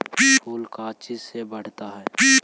फूल का चीज से बढ़ता है?